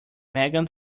megan